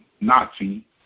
Nazi